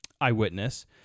eyewitness